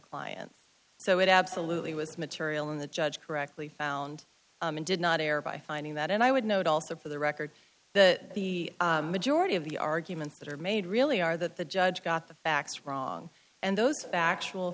client so it absolutely was material and the judge correctly found and did not air by finding that and i would note also for the record that the majority of the arguments that are made really are that the judge got the facts wrong and those factual